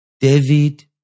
David